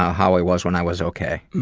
how i was when i was okay.